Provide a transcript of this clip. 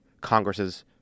Congress's